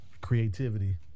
creativity